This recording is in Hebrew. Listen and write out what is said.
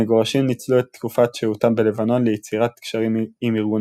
המגורשים ניצלו את תקופת שהותם בלבנון ליצירת קשרים עם ארגון